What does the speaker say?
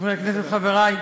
חברי הכנסת, חברי,